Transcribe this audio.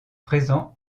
présent